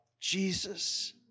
Jesus